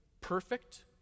perfect